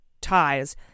ties